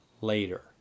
later